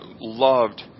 loved